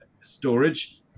storage